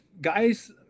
guys